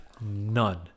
none